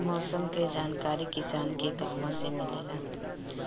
मौसम के जानकारी किसान के कहवा से मिलेला?